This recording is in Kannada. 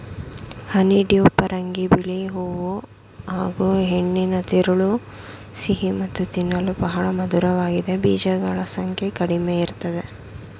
ಹನಿಡ್ಯೂ ಪರಂಗಿ ಬಿಳಿ ಹೂ ಹಾಗೂಹೆಣ್ಣಿನ ತಿರುಳು ಸಿಹಿ ಮತ್ತು ತಿನ್ನಲು ಬಹಳ ಮಧುರವಾಗಿದೆ ಬೀಜಗಳ ಸಂಖ್ಯೆ ಕಡಿಮೆಇರ್ತದೆ